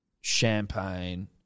Champagne